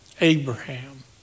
Abraham